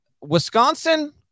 Wisconsin